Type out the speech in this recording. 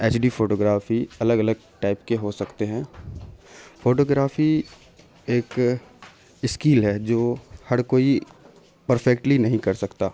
H D photography الگ الگ type کے ہو سکتے ہیں فوٹوگرافی ایک اسکل ہے جو ہر کوئی پرفیکٹلی نہیں کر سکتا